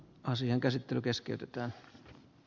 asian käsittely keskeytetä